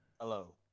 hello